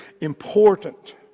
important